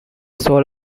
solar